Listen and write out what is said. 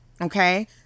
okay